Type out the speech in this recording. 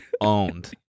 owned